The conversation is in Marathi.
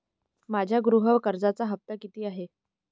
माझ्या गृह कर्जाचा हफ्ता किती आहे?